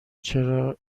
چرا